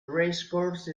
racecourse